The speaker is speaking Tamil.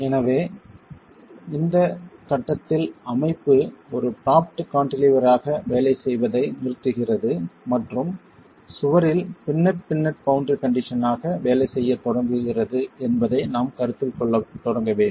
எனவே இந்த கட்டத்தில் அமைப்பு ஒரு ப்ராப்ட் கான்டிலீவராக வேலை செய்வதை நிறுத்துகிறது மற்றும் சுவரில் பின்னெட் பின்னெட் பௌண்டரி கண்டிஷன் ஆக வேலை செய்யத் தொடங்குகிறது என்பதை நாம் கருத்தில் கொள்ளத் தொடங்க வேண்டும்